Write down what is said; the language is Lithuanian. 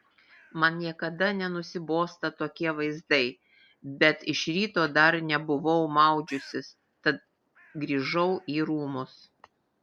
man niekada nenusibosta tokie vaizdai bet iš ryto dar nebuvau maudžiusis tad grįžau į rūmus